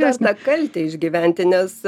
dar tą kaltę išgyventi nes